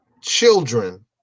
children